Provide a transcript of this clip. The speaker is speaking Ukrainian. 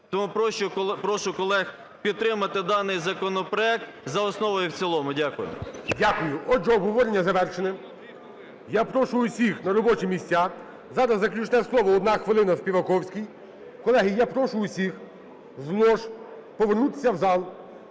Тому прошу колег підтримати даний законопроект за основу і в цілому. Дякую. ГОЛОВУЮЧИЙ. Дякую. Отже, обговорення завершене. Я прошу всіх на робочі місця. Зараз заключне слово - одна хвилина Співаковський. Колеги, я прошу всіх з лож повернутися в зал,